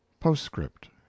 Postscript